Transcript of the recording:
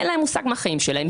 אין להם מושג מהחיים שלהם,